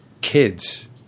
kids